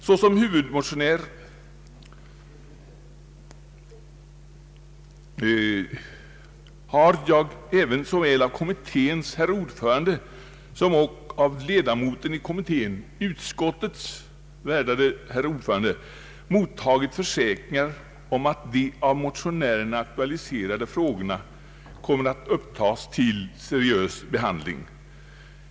I egenskap av huvudmotionär har jag såväl av kommitténs ordförande som av ledamoten i kommittén, utskottets värderade ordförande, mottagit försäkringar om att de av motionärerna aktualiserade frågorna kommer att upptagas till seriös behandling.